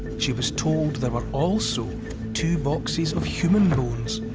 she was told there were also two boxes of human bones.